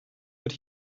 but